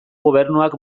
gobernuak